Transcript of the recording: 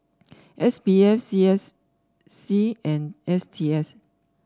S P F C S C and S T S